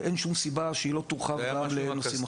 ואין שום סיבה שהיא לא תורחב גם לנושאים אחרים.